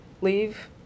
leave